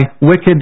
wicked